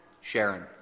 Sharon